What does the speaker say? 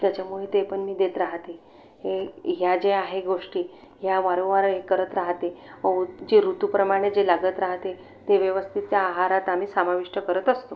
त्याच्यामुळे ते पण मी देत राहते ए ह्या जे आहे गोष्टी ह्या वारंवार ए करत राहते ओ जे ऋतुप्रमाणे जे लागत राहते ते व्यवस्थित त्या आहारात आम्ही समाविष्ट करत असतो